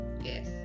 Yes